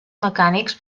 mecànics